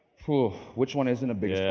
ooh, which one isn't a big yeah